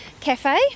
cafe